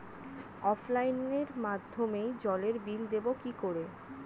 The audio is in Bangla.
অফলাইনে মাধ্যমেই জলের বিল দেবো কি করে?